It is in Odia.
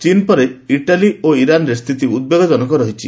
ଚୀନ୍ ପରେ ଇଟାଲୀ ଓଇରାନରେ ସ୍ଥିତି ଉଦ୍ବେଗଜନକ ରହିଛି